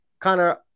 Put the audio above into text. Connor